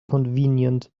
convenient